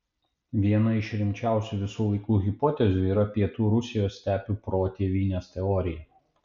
viena iš rimčiausių visų laikų hipotezių yra pietų rusijos stepių protėvynės teorija